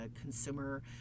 consumer